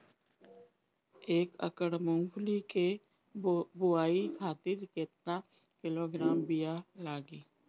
एक एकड़ मूंगफली क बोआई खातिर केतना किलोग्राम बीया लागी?